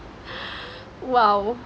!wow!